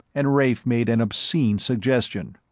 and rafe made an obscene suggestion.